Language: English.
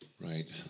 Right